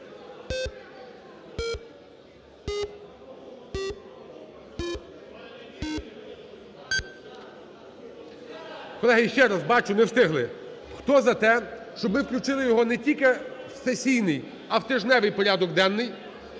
Колеги, ще раз, бачу, не встигли. Хто за те, щоб ми включили його не тільки в сесійний, а в тижневий порядок денний,